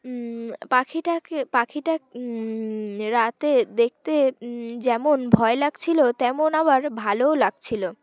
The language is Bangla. পাখিটাকে পাখিটা রাতে দেখতে যেমন ভয় লাগছিল তেমন আবার ভালোও লাগছিলো